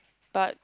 but